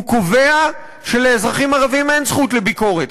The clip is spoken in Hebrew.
הוא קובע שלאזרחים ערבים אין זכות לביקורת,